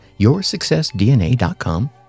yoursuccessdna.com